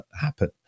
happen